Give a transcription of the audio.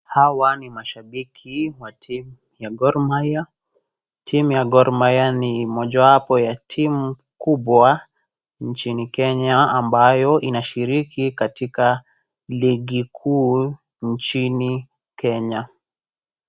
Hawa ni mashabiki wa timu ya Gor Mahia. Timu ya Gor Mahia ni mojawapo ya timu kubwa nchini Kenya ambayo inashiriki katika ligi kuu nchini Kenya.